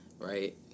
right